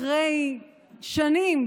אחרי שנים,